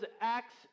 Acts